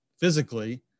physically